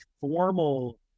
formal